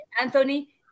Anthony